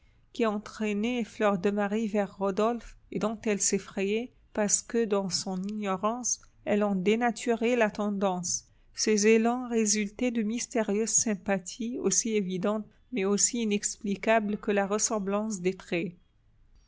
qui entraînaient fleur de marie vers rodolphe et dont elle s'effrayait parce que dans son ignorance elle en dénaturait la tendance ces élans résultaient de mystérieuses sympathies aussi évidentes mais aussi inexplicables que la ressemblance des traits